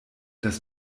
das